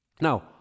Now